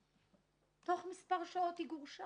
ותוך מספר שעות היא גורשה.